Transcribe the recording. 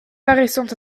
paraissant